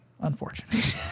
Unfortunate